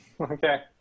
Okay